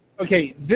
Okay